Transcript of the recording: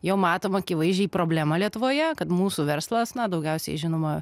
jau matom akivaizdžiai problema lietuvoje kad mūsų verslas na daugiausiai žinoma